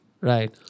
Right